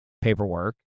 paperwork